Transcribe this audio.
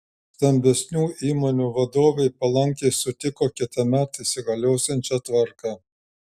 stambesnių įmonių vadovai palankiai sutiko kitąmet įsigaliosiančią tvarką